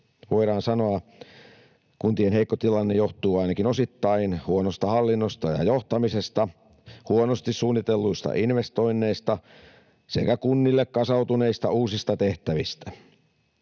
Voidaan sanoa, että kuntien heikko tilanne johtuu ainakin osittain huonosta hallinnosta ja johtamisesta, huonosti suunnitelluista investoinneista sekä kunnille kasautuneista uusista tehtävistä.